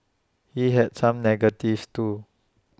he had some negatives too